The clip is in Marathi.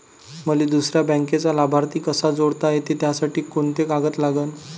मले दुसऱ्या बँकेचा लाभार्थी कसा जोडता येते, त्यासाठी कोंते कागद लागन?